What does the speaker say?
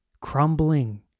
crumbling